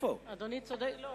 שר